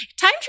Time